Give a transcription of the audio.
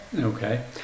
Okay